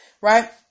Right